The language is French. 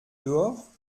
dehors